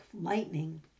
lightning